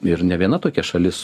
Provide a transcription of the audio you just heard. ir nė viena tokia šalis